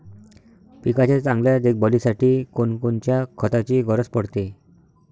पिकाच्या चांगल्या देखभालीसाठी कोनकोनच्या खताची गरज पडते?